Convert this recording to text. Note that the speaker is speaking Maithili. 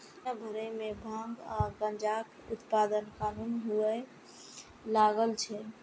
दुनिया भरि मे भांग आ गांजाक उत्पादन कानूनन हुअय लागल छै